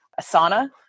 Asana